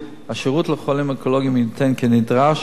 השירות לחולים האונקולוגיים יינתן כנדרש ובהתאם